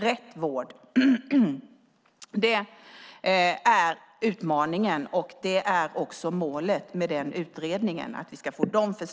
Det är utmaningen, och det är målet med utredningen.